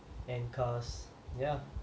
and cars ya